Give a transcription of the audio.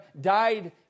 died